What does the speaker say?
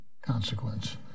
consequence